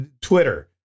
Twitter